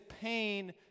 pain